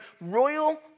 royal